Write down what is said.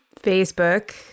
Facebook